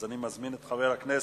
אני מזמין את חבר הכנסת